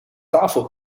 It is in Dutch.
tafel